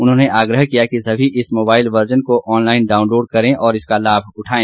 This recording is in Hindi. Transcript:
उन्होंने आग्रह किया कि सभी इस मोबाइल वर्जन को ऑनलाइन डाउनलोड करें और इसका लाभ उठाएं